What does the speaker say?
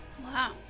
Wow